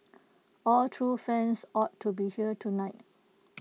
all true fans ought to be here tonight